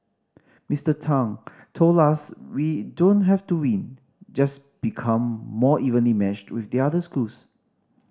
Mister Tang told us we don't have to win just become more evenly matched with the other schools